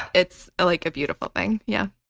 it's a like beautiful thing. yeah